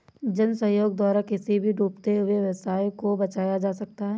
जन सहयोग द्वारा किसी भी डूबते हुए व्यवसाय को बचाया जा सकता है